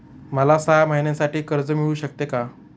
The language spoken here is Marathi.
मला सहा महिन्यांसाठी कर्ज मिळू शकते का?